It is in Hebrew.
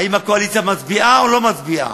האם הקואליציה מצביעה או לא מצביעה.